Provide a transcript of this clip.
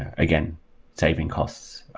again saving costs,